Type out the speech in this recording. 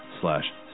slash